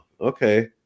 okay